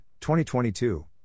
2022